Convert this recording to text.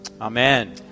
Amen